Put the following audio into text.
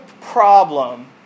problem